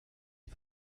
die